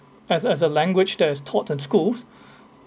as as a language that is taught in school